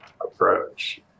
approach